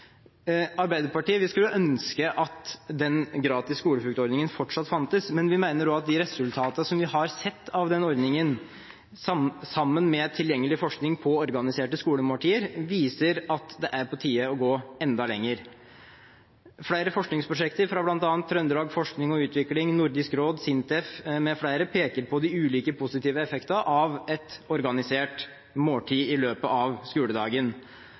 Vi i Arbeiderpartiet skulle ønske at ordningen med gratis skolefrukt fortsatt fantes, men vi mener også at de resultatene vi har sett av ordningen, sammen med tilgjengelig forskning på organiserte skolemåltider, viser at det er på tide å gå enda lenger. Flere forskningsprosjekter fra bl.a. Trøndelag Forskning og Utvikling, Nordisk råd, SINTEF mfl. peker på de ulike positive effektene av et organisert måltid i løpet av skoledagen.